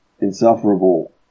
insufferable